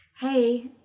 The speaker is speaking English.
hey